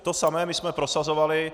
To samé my jsme prosazovali.